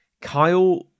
Kyle